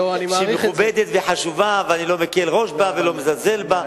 שהיא מכובדת וחשובה ואני לא מקל בה ראש ולא מזלזל בה,